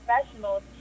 professionals